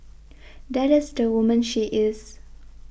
that is the woman she is